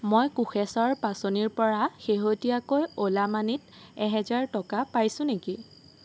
মই কোষেশ্বৰ পাচনিৰ পৰা শেহতীয়াকৈ অ'লা মানিত এহেজাৰ টকা পাইছো নেকি